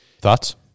Thoughts